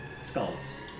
Skulls